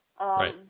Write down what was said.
Right